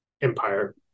empire